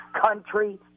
country